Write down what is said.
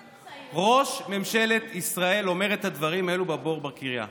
ראש ממשלת ישראל אומר את הדברים האלה בבור בקריה.